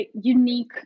unique